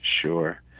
Sure